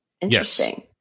Interesting